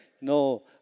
No